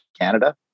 Canada